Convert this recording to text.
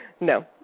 No